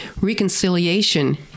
reconciliation